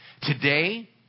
today